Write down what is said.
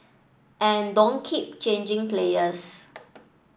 and don't keep changing players